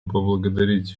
поблагодарить